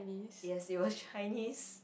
yes it was Chinese